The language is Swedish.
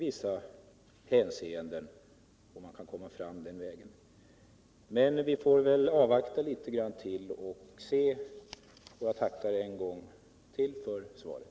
Vi får väl avvakta litet grand till. Jag tackar en gång till för svaret.